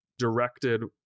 directed